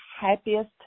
happiest